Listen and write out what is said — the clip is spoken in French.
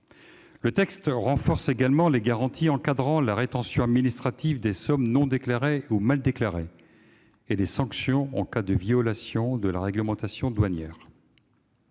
Le texte renforce également les garanties encadrant la rétention administrative des sommes non déclarées ou mal déclarées et les sanctions en cas de violation de la réglementation douanière.